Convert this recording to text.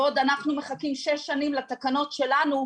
בעוד אנחנו מחכים שש שנים לתקנות שלנו,